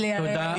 תודה.